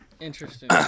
Interesting